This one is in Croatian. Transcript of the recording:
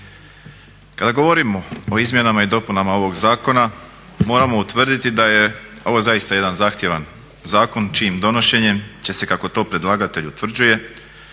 Kada govorimo o izmjenama i dopunama ovog zakona moramo utvrditi da je ovo zaista jedan zahtjevan zakon čijim donošenjem će se kako to predlagatelj utvrđuje